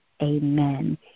amen